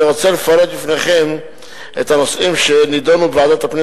אני רוצה לפרט בפניכם את הנושאים שנדונו בוועדת הפנים